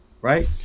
right